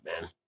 man